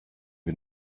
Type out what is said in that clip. wir